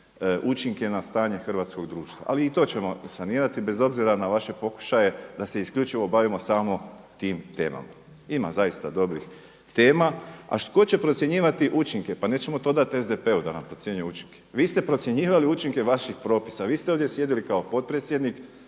učinke na stanje hrvatskog društva. Ali i to ćemo sanirati bez obzira na vaše pokušaje da se isključivo bavimo samo tim temama. Ima zaista dobrih tema. A tko će procjenjivati učinke? Pa nećemo to dati SDP-u da nam procjenjuje učinke. Vi ste procjenjivali učinke vaših propisa. Vi ste ovdje sjedili kao potpredsjednik